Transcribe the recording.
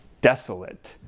desolate